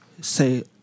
Say